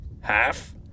half